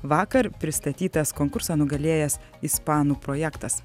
vakar pristatytas konkursą nugalėjęs ispanų projektas